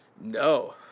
No